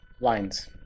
Lines